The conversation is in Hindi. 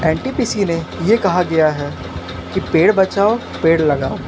एनटीपीसी में ये कहा गया है कि पेड़ बचाओ पेड़ लगाओ